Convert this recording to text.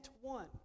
one